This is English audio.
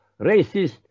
racist